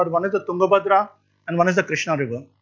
ah one is the tungabhadra and one is the krishna river.